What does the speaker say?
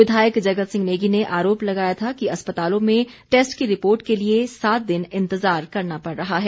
विधायक जगत सिंह नेगी ने आरोप लगाया था कि अस्पतालों में टेस्ट की रिपोर्ट के लिए सात दिन इंतजार करना पड़ रहा है